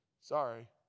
Sorry